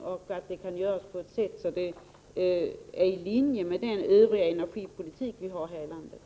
Vidare måste hela verksamheten ligga i linje med den energipolitik som vi har i det här landet.